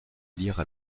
lire